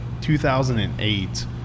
2008